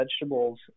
vegetables